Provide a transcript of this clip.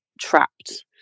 trapped